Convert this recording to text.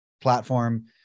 platform